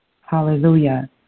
Hallelujah